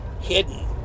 hidden